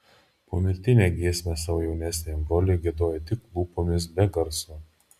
pomirtinę giesmę savo jaunesniajam broliui giedojo tik lūpomis be garso